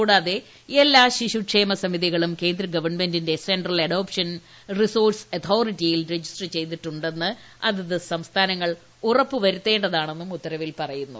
കൂടാതെ എല്ലാ ശിശുക്ഷേമസമിതികളും കേന്ദ്രഗവൺമെന്റിന്റെ സെൻട്രൽ റിസോഴ്സ് അതോറിറ്റിയിൽ രജിസ്റ്റർ അഡോപ്ഷൻ ചെയ്തിട്ടുണ്ടെന്ന് സംസ്ഥാനങ്ങൾ അതാത് ഉറപ്പുവരുത്തേണ്ടതാണെന്നും ഉത്തരവിൽ പറയുന്നു